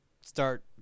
start